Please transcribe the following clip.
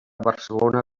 barcelona